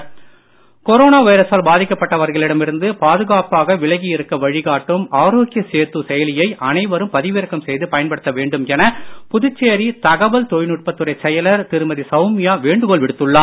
ஜன் அந்தோலன் பாதிக்கப்பட்டவர்களிடமிருந்து கொரோனா வைரசால் பாதுகாப்பாக விலகியிருக்க வழி காட்டும் ஆரோகிய சேது செயலியை அனைவரும் பதிவிறக்கம் செய்து பயன்படுத்த வேண்டும் என புதுச்சேரி தகவல் தொழில்நுட்பத்துறை செயலர் திருமதி சவுமியா வேண்டுகோள் விடுத்துள்ளார்